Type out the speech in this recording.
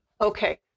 Okay